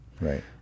Right